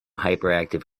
hyperactive